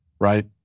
right